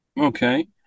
Okay